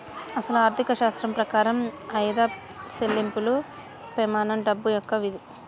అసలు ఆర్థిక శాస్త్రం ప్రకారం ఆయిదా సెళ్ళింపు పెమానం డబ్బు యొక్క విధి